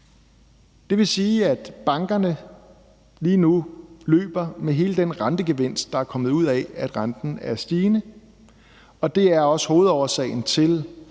Det vil sige, at bankerne lige nu løber med hele den rentegevinst, der er kommet ud af, at renten er stigende, og det er også hovedårsagen til,